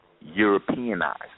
Europeanized